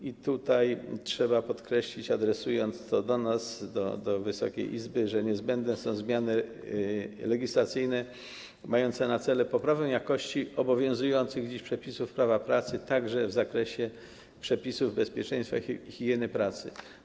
I tutaj trzeba podkreślić, adresując to do nas, do Wysokiej Izby, że niezbędne są zmiany legislacyjne mające na celu poprawę jakości obowiązujących dziś przepisów prawa pracy także w zakresie przepisów bezpieczeństwa i higieny pracy.